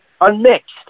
Unmixed